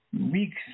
week's